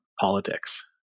politics